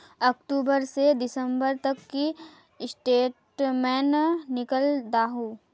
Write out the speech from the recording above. अक्टूबर से दिसंबर तक की स्टेटमेंट निकल दाहू?